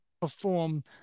perform